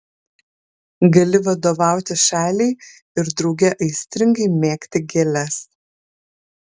gali vadovauti šaliai ir drauge aistringai mėgti gėles